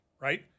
right